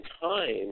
time